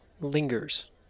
lingers